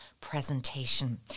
presentation